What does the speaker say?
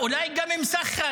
אולי גם מסאח'ן.